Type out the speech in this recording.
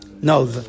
no